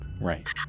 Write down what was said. Right